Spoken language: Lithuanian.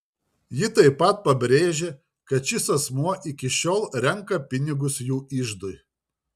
ji taip pat pabrėžė kad šis asmuo iki šiol renka pinigus jų iždui